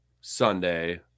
Sunday